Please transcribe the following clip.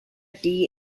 tea